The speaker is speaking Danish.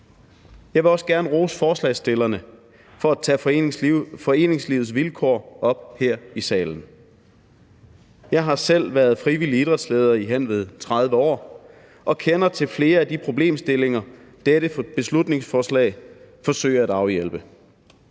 Jeg vil også gerne rose forslagsstillerne for at tage foreningslivets vilkår op her i salen. Jeg har selv været frivillig idrætsleder i hen ved 30 år og kender til flere af de problemstillinger, dette beslutningsforslag forsøger at afhjælpe.